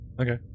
Okay